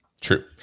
True